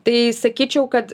tai sakyčiau kad